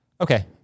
Okay